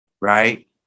right